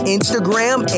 Instagram